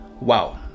Wow